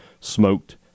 Smoked